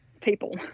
people